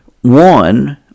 One